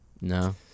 No